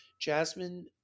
Jasmine